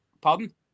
Pardon